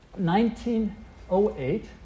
1908